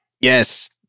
Yes